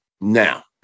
Now